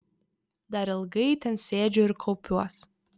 dar ilgai ten sėdžiu ir kaupiuos